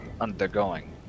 undergoing